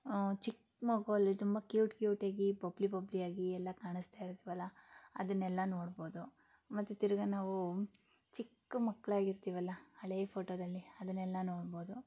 ಚಿಕ್ಕ ಮಗುವಲ್ಲಿ ತುಂಬ ಕ್ಯೂಟ್ ಕ್ಯೂಟಾಗಿ ಬಬ್ಲಿ ಬಬ್ಲಿಯಾಗಿ ಎಲ್ಲ ಕಾಣಿಸ್ತಾ ಇರ್ತೀವಲ್ಲ ಅದನ್ನೆಲ್ಲ ನೋಡ್ಬೋದು ಮತ್ತು ತಿರ್ಗಿ ನಾವು ಚಿಕ್ಕ ಮಕ್ಕಳಾಗಿರ್ತೀವಲ್ಲ ಹಳೆ ಫೋಟೋದಲ್ಲಿ ಅದನ್ನೆಲ್ಲ ನೋಡ್ಬೋದು